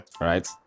right